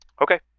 Okay